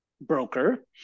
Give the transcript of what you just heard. broker